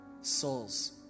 souls